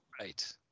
right